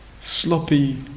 sloppy